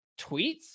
tweets